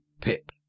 Pip